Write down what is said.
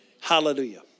Hallelujah